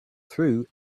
through